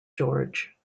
george